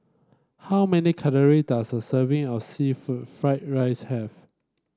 how many calorie does a serving of seafood fry rice have